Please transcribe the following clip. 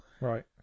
Right